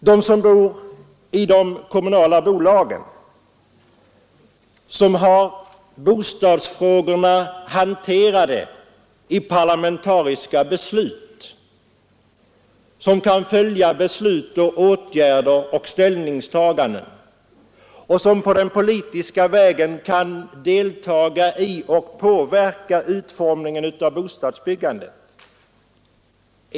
De som bor i kommunalägda hus får sina bostadsfrågor hanterade genom parlamentariska beslut. De kan följa ställningstaganden, beslut och åtgärder, och de kan på den politiska vägen delta i och påverka utformningen av bostadsbyggandet.